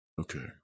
Okay